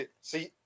see